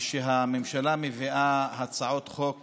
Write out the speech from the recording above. כשהממשלה מביאה הצעות חוק